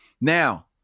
Now